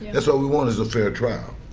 that's all we want, is a fair trial.